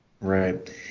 Right